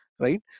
right